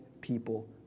people